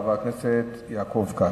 חבר הכנסת יעקב כץ.